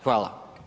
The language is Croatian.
Hvala.